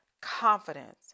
confidence